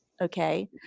Okay